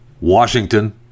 Washington